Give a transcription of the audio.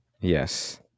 Yes